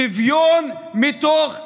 שוויון מתוך כוח.